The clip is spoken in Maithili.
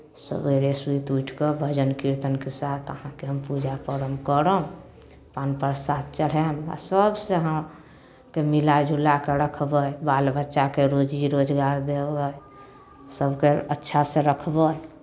सवेरे सुति उठि कऽ भजन कीर्तनके साथ अहाँके हम पूजा पाठ हम करब पान प्रसाद चढ़ायब आ सभसँ अहाँके मिला जुलाए कऽ रखबै बाल बच्चाकेँ रोजी रोजगार देबै सभकेँ अच्छासँ रखबै